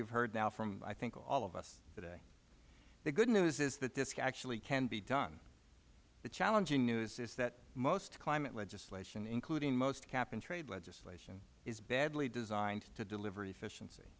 have heard now from i think all of us today the good news is that this actually can be done the challenging news is that most climate legislation including most cap and trade legislation is badly designed to deliver efficiency